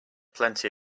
plenty